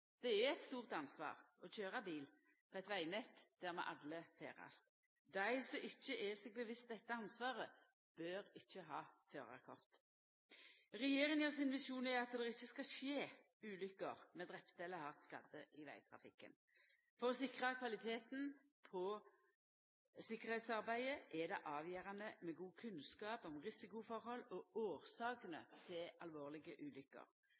Det er eit stort ansvar å køyra bil på eit vegnett der vi alle ferdast. Dei som ikkje er bevisste på dette ansvaret, bør ikkje ha førarkort. Regjeringa sin visjon er at det ikkje skal skje ulukker med drepne eller hardt skadde i vegtrafikken. For å sikra kvaliteten på tryggleiksarbeidet er det avgjerande med god kunnskap om risikoforhold og årsakene til alvorlege